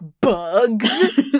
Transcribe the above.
bugs